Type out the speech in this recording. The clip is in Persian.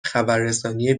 خبررسانی